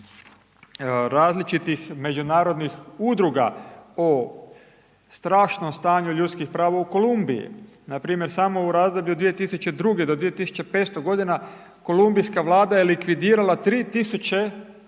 različitih međunarodnih udruga o strašnom stanju ljudskih prava u Kolumbiji. Npr. samo u razdoblju .../Govornik se ne razumije./... Kolumbijska Vlada je likvidirala 3